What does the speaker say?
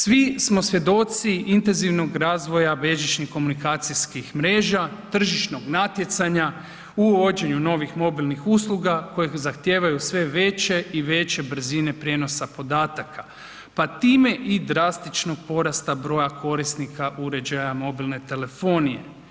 Svi smo svjedoci intenzivnog razvoja bežičnih komunikacijskih mreža, tržišnog natjecanja u uvođenju novih mobilnih usluga koje zahtijevaju sve veće i veće brzine prijenosa podataka, pa time i drastičnog porasta broja korisnika uređaja mobilne telefonije.